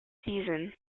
season